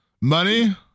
Money